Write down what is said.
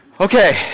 Okay